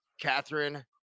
Catherine